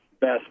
best